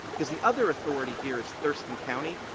cause the other authority here is thurston county,